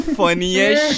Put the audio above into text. funniest